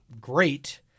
great